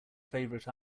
favorite